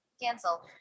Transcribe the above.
Cancel